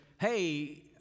hey